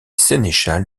sénéchal